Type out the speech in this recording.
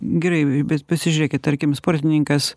gerai bet pasižiūrėkit tarkim sportininkas